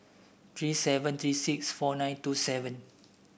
three seven three six four nine two seven